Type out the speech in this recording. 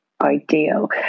ideal